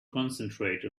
concentrate